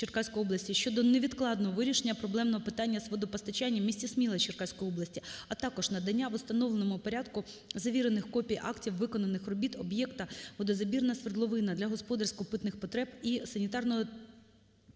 щодо невідкладного вирішення проблемного питання з водопостачанням у місті Сміла Черкаської області, а також надання в установленому порядку завірених копій актів виконаних робіт об'єкта: "Водозабірна свердловини для господарсько-питних потреб і санітарного